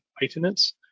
maintenance